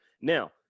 Now